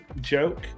joke